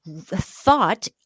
thought